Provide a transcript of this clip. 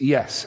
Yes